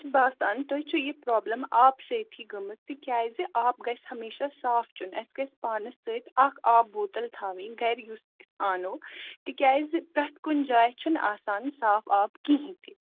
مےٚ چھ باسان تۄہہِ چھِو یہِ پرابلِم آبہٕ سۭتۍ گٔمٕژ تِکیازِ آب گَژھِ ہَمیشہ صاف چیوٚن اَسہِ گَژھِ پانَس سۭتی اَکھ آبہٕ بوٚتَل تھاوٕنۍ گَرِ یُس تہِ اَنو تِکیازِ پریٚتھ کُنہِ جاے چھُنہٕ آسان صاف آب کِہیٖنۍ تہِ